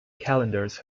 calendars